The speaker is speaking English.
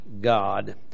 God